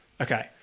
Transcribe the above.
okay